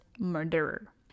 murderer